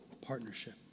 partnership